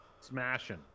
smashing